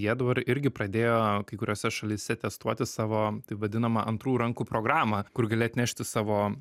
jie dabar irgi pradėjo kai kuriose šalyse testuoti savo taip vadinamą antrų rankų programą kur gali atnešti savo